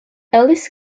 ellis